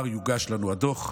יוגש לנו הדוח,